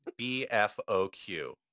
BFOQ